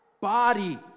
body